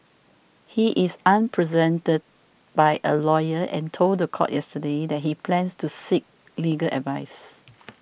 he is unrepresented by a lawyer and told the court yesterday that he plans to seek legal advice